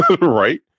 right